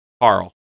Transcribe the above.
Carl